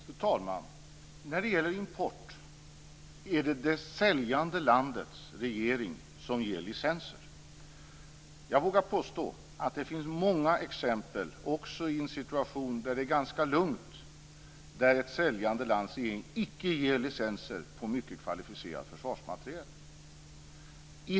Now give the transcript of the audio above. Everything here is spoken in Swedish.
Fru talman! När det gäller import är det regeringen i det säljande landet som ger licenser. Jag vågar påstå att det finns många exempel där det säljande landets regering inte ger licenser för mycket kvalificerad försvarsmateriel, också i ganska lugna situationer.